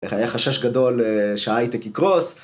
היה חשש גדול שהייטק יקרוס.